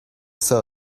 sell